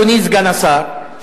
אדוני סגן השר,